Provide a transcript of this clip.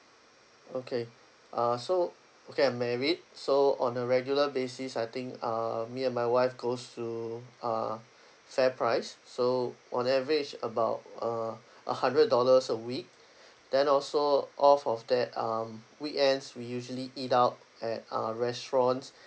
okay uh so okay I'm married so on a regular basis I think uh me and my wife goes to uh FairPrice so on average about uh a hundred dollars a week then also off of that um weekends we usually eat out at uh restaurants